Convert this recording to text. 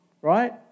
right